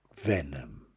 venom